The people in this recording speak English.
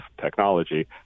technology